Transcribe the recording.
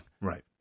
right